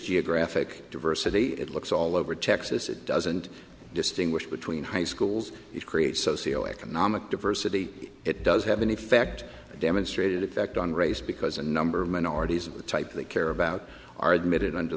geographic diversity it looks all over texas it doesn't distinguish between high schools it creates socio economic diversity it does have an effect demonstrated effect on race because a number of minorities of the type they care about